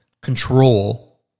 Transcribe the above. control